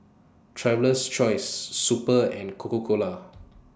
Traveler's Choice Super and Coca Cola